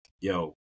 yo